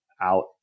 out